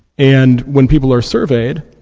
and when people are surveyed,